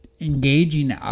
engaging